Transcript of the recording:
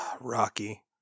Rocky